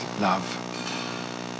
love